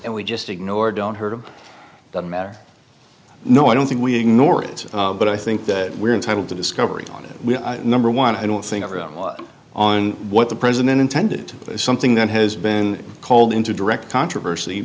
and we just ignore don't heard of that matter no i don't think we ignore it but i think that we're entitled to discovery on it number one i don't think on what the president intended something that has been called into direct controversy